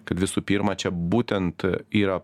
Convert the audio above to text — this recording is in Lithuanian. kaip visų pirma čia būtent yra